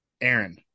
Aaron